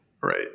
Right